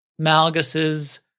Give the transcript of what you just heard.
Malgus's